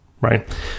right